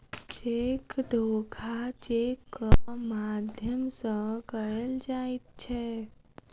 cheque धोखा चेकक माध्यम सॅ कयल जाइत छै